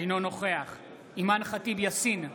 אינו נוכח אימאן ח'טיב יאסין,